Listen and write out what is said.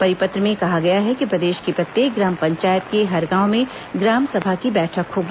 परिपत्र में कहा गया है कि प्रदेश की प्रत्येक ग्राम पंचायत के हर गांव में ग्राम सभा की बैठक होगी